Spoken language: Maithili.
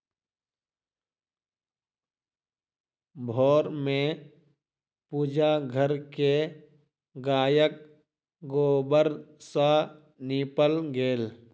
भोर में पूजा घर के गायक गोबर सॅ नीपल गेल